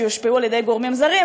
שיושפעו על-ידי גורמים זרים.